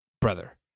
brother